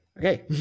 Okay